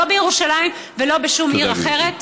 לא בירושלים ולא בשום עיר אחרת.